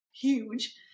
huge